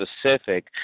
specific